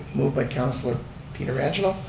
moved by councillor pietrangelo,